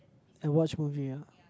and watch movie ah